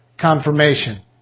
confirmation